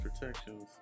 protections